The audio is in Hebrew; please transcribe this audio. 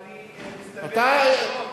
ואני מצטרף,